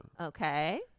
Okay